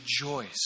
rejoice